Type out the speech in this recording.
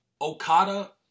Okada